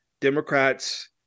Democrats